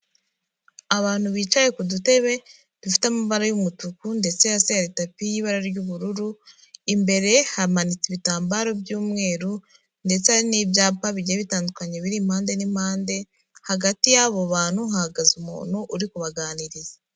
Abantu bicaye ku dutebe dufite amabara y'umutuku ndetse hasi hari tapi y'ibara ry'ubururu, imbere hamanitse ibitambaro by'umweru ndetse hari n'ibyapa bigiye bitandukanye biri impande n'impande, hagati y'abo bantu hahagaze umuntu uri kubaganiriza.